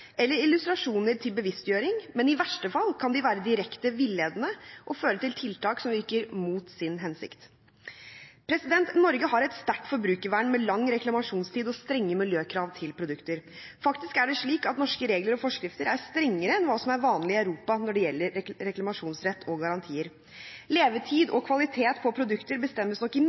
eller illustrasjoner til bevisstgjøring, men i verste fall kan de være direkte villedende og føre til tiltak som virker mot sin hensikt. Norge har et sterkt forbrukervern med lang reklamasjonstid og strenge miljøkrav til produkter. Faktisk er det slik at norske regler og forskrifter er strengere enn hva som er vanlig i Europa når det gjelder reklamasjonsrett og garantier. Levetid og kvalitet på produkter bestemmes